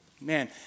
Man